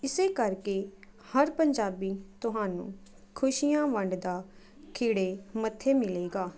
ਇਸ ਕਰਕੇ ਹਰ ਪੰਜਾਬੀ ਤੁਹਾਨੂੰ ਖੁਸ਼ੀਆਂ ਵੰਡਦਾ ਖਿੜੇ ਮੱਥੇ ਮਿਲੇਗਾ